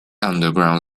underground